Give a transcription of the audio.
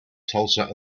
tulsa